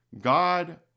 God